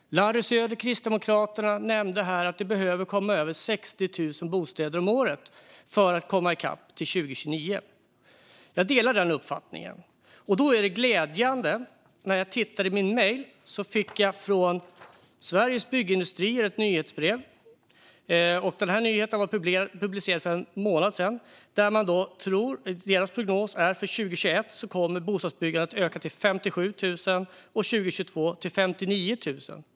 Larry Söder från Kristdemokraterna nämnde att vi behöver komma över 60 000 bostäder om året för att komma i kapp till 2029. Jag delar den uppfattningen. En glädjande nyhet fick jag i min mejl i ett nyhetsbrev från Sveriges Byggindustrier. Den här nyheten publicerades för en månad sedan. Deras prognos är att bostadsbyggandet kommer att öka till 57 000 år 2021 och till 59 000 år 2022.